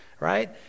Right